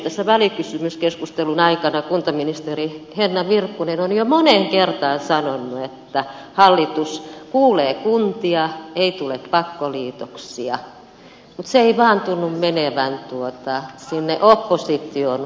tässä välikysymyskeskustelun aikana kuntaministeri henna virkkunen on jo moneen kertaan sanonut että hallitus kuulee kuntia ei tule pakkoliitoksia mutta se ei vaan tunnu menevän sinne opposition puolelle